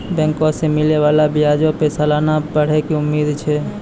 बैंको से मिलै बाला ब्याजो पे सलाना बढ़ै के उम्मीद छै